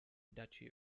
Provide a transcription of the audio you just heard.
duchy